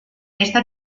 esta